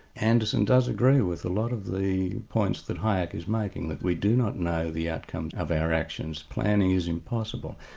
anderson does agree with a lot of the points that hayek is making, that we do not know the outcomes of our actions, planning is impossible.